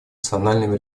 национальными